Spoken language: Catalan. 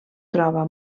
troba